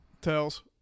Tails